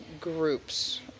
groups